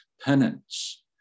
penance